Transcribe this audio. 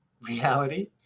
reality